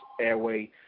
airway